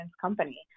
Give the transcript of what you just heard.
company